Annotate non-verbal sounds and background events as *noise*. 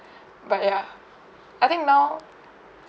*breath* but ya I think now